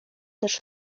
też